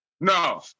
No